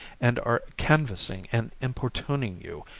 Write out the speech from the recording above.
and are canvassing and importuning you,